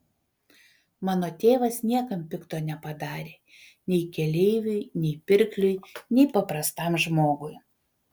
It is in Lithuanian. mano tėvas niekam pikto nepadarė nei keleiviui nei pirkliui nei paprastam žmogui